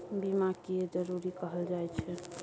बीमा किये जरूरी कहल जाय छै?